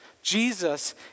Jesus